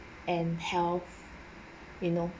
and health you know